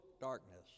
darkness